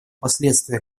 последствия